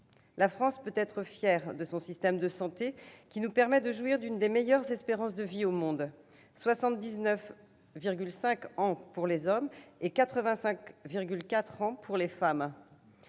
La France peut être fière de son système de santé, qui nous permet de jouir d'une des meilleures espérances de vie au monde : 79,5 ans pour les hommes et 85,4 ans pour les femmes.